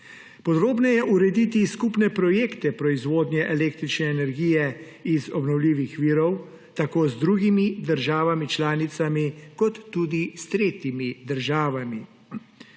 podrobneje urediti skupne projekte proizvodnje električne energije iz obnovljivih virov tako z drugimi državami članicami kot tudi s tretjimi državami;